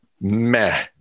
meh